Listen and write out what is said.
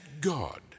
God